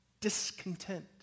discontent